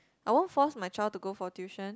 I won't force my child to go for tuition